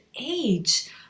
age